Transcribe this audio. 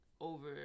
over